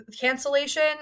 cancellation